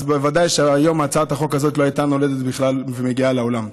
אז בוודאי שהיום הצעת החוק הזאת לא הייתה נולדת בכלל ומגיעה לעולם.